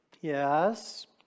Yes